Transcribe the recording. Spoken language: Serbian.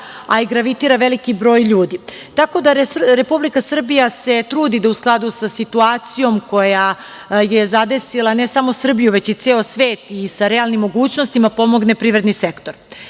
a i gravitira veliki broj ljudi. Tako da, Republika Srbija se trudi da u skladu sa situacijom koja je zadesila ne samo Srbiju, već i ceo svet, i sa realnim mogućnostima pomogne privredni sektor. Što